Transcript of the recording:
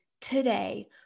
today